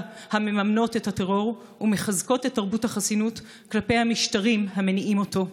המממנות את הטרור ומחזקות את תרבות החסינות כלפי המשטרים המניעים אותו.